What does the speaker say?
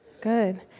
Good